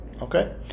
Okay